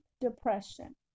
depression